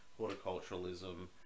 horticulturalism